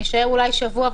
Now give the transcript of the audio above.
יישאר אולי שבוע.